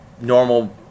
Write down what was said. normal